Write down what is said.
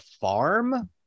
Farm